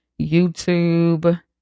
YouTube